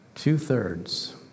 Two-thirds